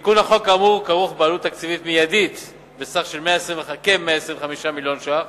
תיקון החוק כאמור כרוך בעלות תקציבית מיידית של כ-125 מיליון שקלים